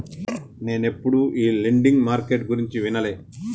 నేనెప్పుడు ఈ lending market గురించి వినలే